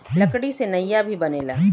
लकड़ी से नईया भी बनेला